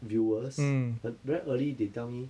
viewers 很 very early they tell me